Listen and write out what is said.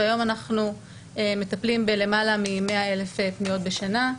והיום אנחנו מטפלים למעלה מ-100,000 פניות בשנה.